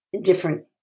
different